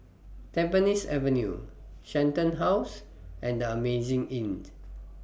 Tampines Avenue Shenton House and The Amazing Inn